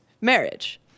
marriage